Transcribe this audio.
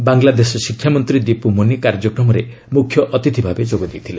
ବାଂଲାଦେଶ ଶିକ୍ଷା ମନ୍ତ୍ରୀ ଦିପୁ ମୋନି କାର୍ଯ୍ୟକ୍ରମରେ ମୁଖ୍ୟ ଅତିଥି ଭାବେ ଯୋଗ ଦେଇଥିଲେ